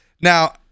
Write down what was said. Now